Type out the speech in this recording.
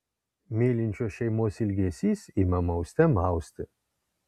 mylinčios šeimos ilgesys ima mauste mausti